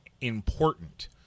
important